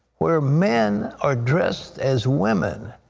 where men are dressed as women,